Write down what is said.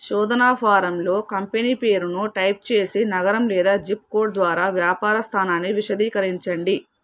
శోధనా ఫారంలో కంపెనీ పేరును టైప్ చేసి నగరం లేదా జిప్ కోడ్ ద్వారా వ్యాపార స్థానాన్ని విశదీకరించండి